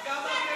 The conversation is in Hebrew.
נגד,